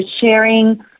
sharing